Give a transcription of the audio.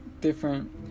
different